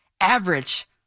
average